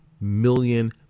million